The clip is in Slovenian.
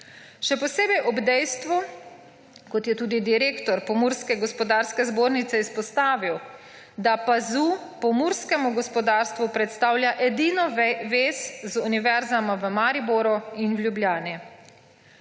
Še posebej ob dejstvu, kot je tudi direktor Pomurske gospodarske zbornice izpostavil, da PAZU pomurskemu gospodarstvu predstavlja edino vez z univerzama v Mariboru in v Ljubljani.